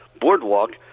boardwalk